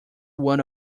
want